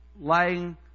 lying